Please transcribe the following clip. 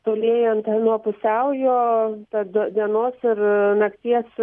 tolėjant nuo pusiaujo tad dienos ir nakties